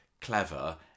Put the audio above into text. Clever